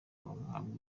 bahabwa